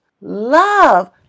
love